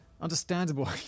Understandable